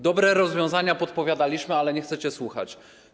Dobre rozwiązania podpowiadaliśmy, ale nie chcecie słuchać.